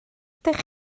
ydych